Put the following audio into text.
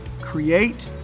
Create